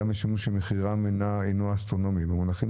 גם משום שמחירו הינו אסטרונומי במונחים